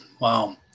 wow